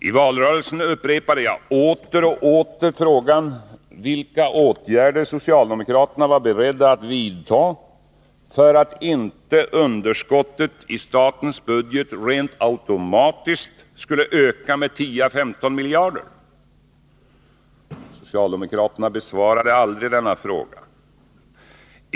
I valrörelsen upprepade jag åter och åter frågan vilka åtgärder socialdemokraterna var beredda att vidta för att underskottet i statens budget inte rent automatiskt skulle öka med 10-15 miljarder. De besvarade aldrig denna fråga.